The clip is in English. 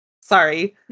sorry